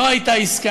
לא הייתה עסקה,